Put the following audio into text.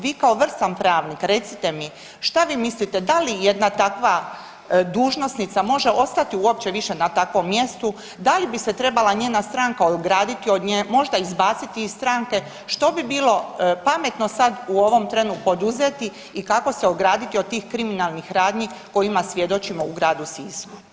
Vi kao vrsan pravnik recite mi šta vi mislite da li jedna takva dužnosnica može ostati uopće više na takvom mjestu, da li bi se trebala njena stranka ograditi od nje, možda izbaciti iz stranke, što bi bilo pametno sad u ovom trenu poduzeti i kako se ograditi od tih kriminalnih radnji kojima svjedočimo u gradu Sisku.